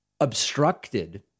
obstructed